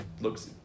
looks